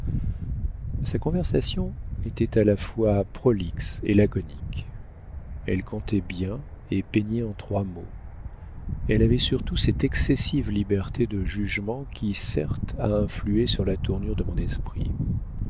sa conversation était à la fois prolixe et laconique elle contait bien et peignait en trois mots elle avait surtout cette excessive liberté de jugement qui certes a influé sur la tournure de mon esprit